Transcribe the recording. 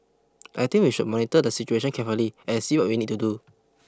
I think we should monitor the situation carefully and see what we need to do